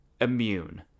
immune